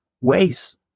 ways